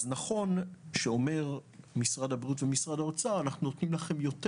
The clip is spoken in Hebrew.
אז נכון שאומרים משרד הבריאות ומשרד האוצר שנותנים לנו יותר